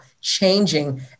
changing